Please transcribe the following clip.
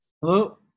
Hello